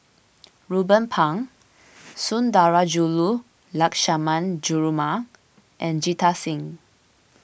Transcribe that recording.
Ruben Pang Sundarajulu Lakshmana Perumal and Jita Singh